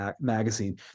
magazine